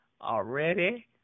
Already